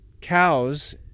Cows